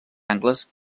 angles